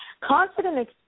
Confident